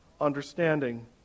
understanding